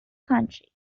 country